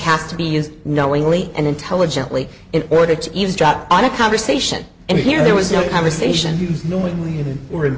have to be is knowingly and intelligently in order to eavesdrop on a conversation and here there was no conversation you know when we w